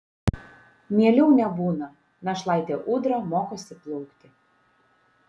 mieliau nebūna našlaitė ūdra mokosi plaukti